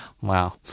Wow